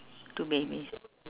two babies